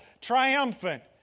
triumphant